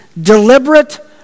deliberate